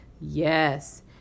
Yes